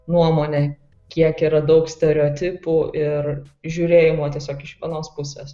nuomonė kiek yra daug stereotipų ir žiūrėjimo tiesiog iš vienos pusės